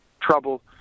trouble